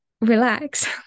Relax